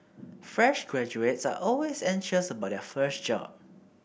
fresh graduates are always anxious about their first job